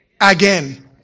again